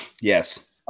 Yes